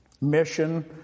mission